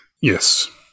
Yes